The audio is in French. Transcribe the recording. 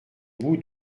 bout